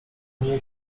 nie